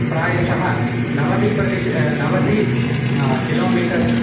प्रायशः नवतिप्रतिशतं नवति हा किलोमीटर्स्